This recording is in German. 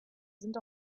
sind